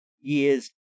years